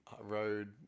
road